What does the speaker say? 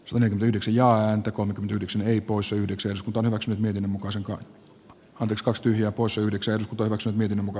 suomen yhdeksi ja ääntä kun yrityksen ei pois yhdeksäs konosen mielen mukaisen koh katiskoski ja pois yhdeksän toivonsa miten muka